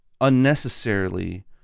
unnecessarily